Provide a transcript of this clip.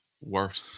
worth